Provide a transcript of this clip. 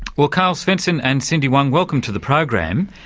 well carl svensson and cindy huang, welcome to the program.